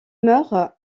meurt